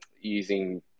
using